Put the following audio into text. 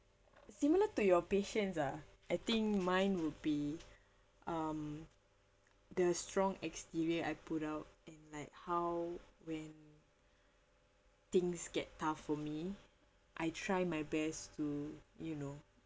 similar to your patience ah I think mine would be um the strong exterior I put out and like how when things get tough for me I try my best to you know